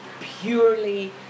purely